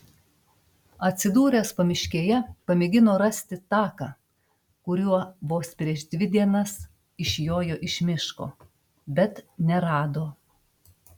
atsidūręs pamiškėje pamėgino rasti taką kuriuo vos prieš dvi dienas išjojo iš miško bet nerado